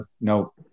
no